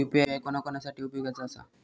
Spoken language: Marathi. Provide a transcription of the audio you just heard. यू.पी.आय कोणा कोणा साठी उपयोगाचा आसा?